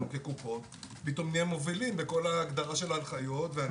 כקופות פתאום נהיה מובילים בכל ההגדרה של ההנחיות.